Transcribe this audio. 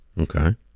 Okay